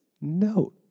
No